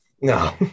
No